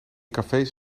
cafés